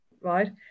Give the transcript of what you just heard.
right